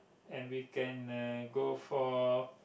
and we can uh go for